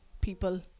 people